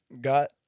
got